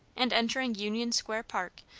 and entering union square park,